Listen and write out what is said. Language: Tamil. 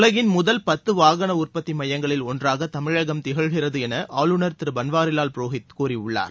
உலகின் முதல் பத்து வாகன உற்பத்தி மையங்களில் ஒன்றாக தமிழகம் திகழ்கிறது என ஆளுநர் திரு பன்வாரிலால் புரோஹித் கூறியுள்ளார்